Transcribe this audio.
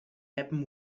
happen